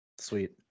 Sweet